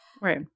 Right